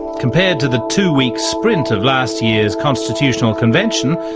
compared to the two-week sprint of last year's constitutional convention,